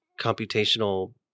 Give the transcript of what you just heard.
computational